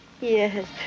Yes